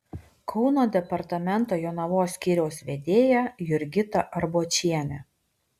kauno departamento jonavos skyriaus vedėja jurgita arbočienė